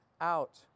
out